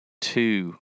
two